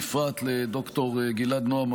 בפרט לד"ר גיל-עד נועם,